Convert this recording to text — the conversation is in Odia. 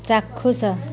ଚାକ୍ଷୁଷ